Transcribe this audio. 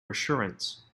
assurance